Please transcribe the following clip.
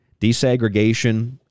Desegregation